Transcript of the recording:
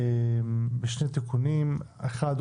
בשני תיקונים: אחד,